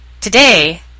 today